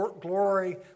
glory